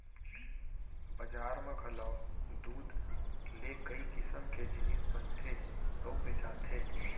बजार म घलौ दूद ले कई किसम के जिनिस बनथे अउ बेचाथे